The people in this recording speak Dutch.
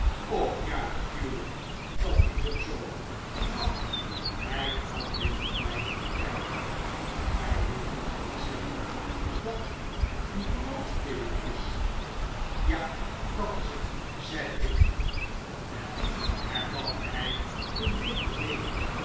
och ja natuurlijk dat is ook zoo wat hij kwam dichterbij om te kijken gij wilt toch niet zeggen dat het een broodpudding is ja dat is het zei ik wel hervatte hij een lepel nemend